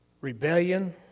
Rebellion